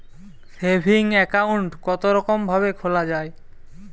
Saving account কতরকম ভাবে খোলা য়ায়?